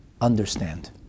understand